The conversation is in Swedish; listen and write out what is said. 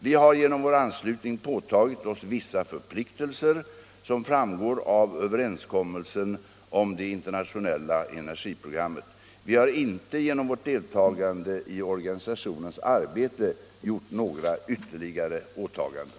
Vi har genom vår anslutning påtagit oss vissa förpliktelser som framgår av överenskommelsen om det internationella energiprogrammet. Vi har inte genom vårt deltagande i organisationens arbete gjort några ytterligare åtaganden.